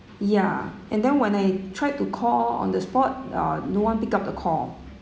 ya and then when I tried to call on the spot uh no one picked up the call